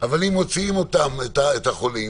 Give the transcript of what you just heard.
אבל אם מוציאים אותם את החולים,